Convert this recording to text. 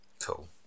Cool